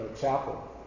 chapel